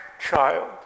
child